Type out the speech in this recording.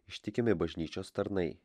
ištikimi bažnyčios tarnai